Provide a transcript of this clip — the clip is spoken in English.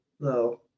No